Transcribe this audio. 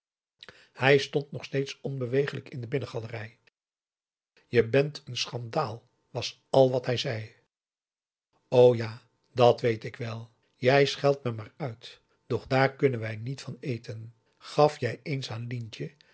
hij stond nog steeds onbeweeglijk in de binnengalerij je bent een schandaal was al wat hij zei o ja dat weet ik wel jij scheldt me maar uit doch daar kunnen wij niet van eten gaf jij